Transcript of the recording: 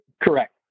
Correct